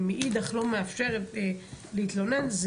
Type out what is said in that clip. ומאידך לא מאפשרת להתלונן,